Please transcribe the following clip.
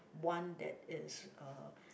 one that is uh